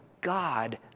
God